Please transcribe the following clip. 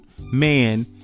man